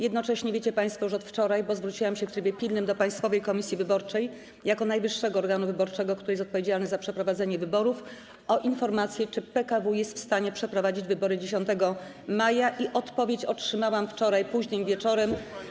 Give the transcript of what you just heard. Jednocześnie wiecie państwo, że wczoraj zwróciłam się w trybie pilnym do Państwowej Komisji Wyborczej jako najwyższego organu wyborczego, który jest odpowiedzialny za przeprowadzenie wyborów, o informację, czy PKW jest w stanie przeprowadzić wybory 10 maja, i odpowiedź otrzymałam wczoraj późnym wieczorem.